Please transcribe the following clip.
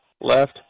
left